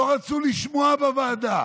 לא רצו לשמוע בוועדה.